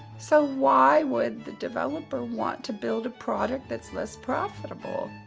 so why would the developer want to build a product that's less profitable?